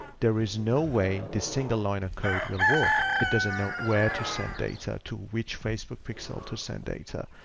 there is no way the single line of code will work. it doesn't know where to send data to which facebook pixel to send data.